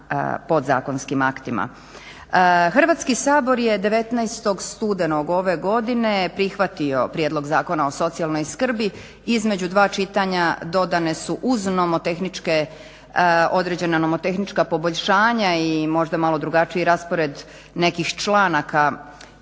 Hrvatski sabor je 19. studenog ove godine prihvatio prijedlog zakona o socijalnoj skrbi. Između dva čitanja dodane su uz nomotehničke, određena nomotehnička poboljšanja i možda malo drugačiji raspored nekih članaka i